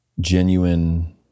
genuine